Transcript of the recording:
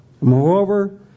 Moreover